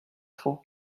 tra